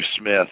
Smith